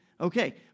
Okay